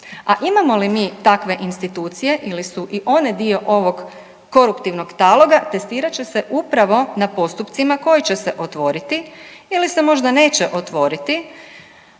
A imamo li mi takve institucije ili su i one dio ovog koruptivnog taloga, testirat će se upravo na postupcima koji će se otvoriti ili se možda neće otvoriti,